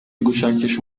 gushakisha